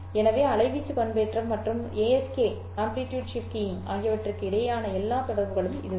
எனவே அலைவீச்சு பண்பேற்றம் மற்றும் ASK ஆகியவற்றுக்கு இடையேயான எல்லா தொடர்புகளும் இதுதான்